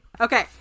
Okay